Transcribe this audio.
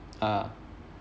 ah